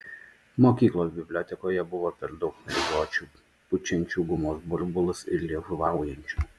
mokyklos bibliotekoje buvo per daug mergiočių pučiančių gumos burbulus ir liežuvaujančių